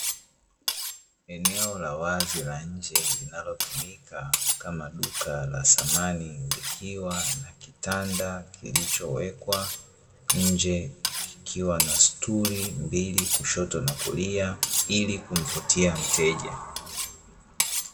Eneo la wazi la nje linalotumika kama duka la thamani, likiwa na kitanda kilichowekwa nje kikiwa na sturi mbili kushoto na kulia ili kumvutia mteja.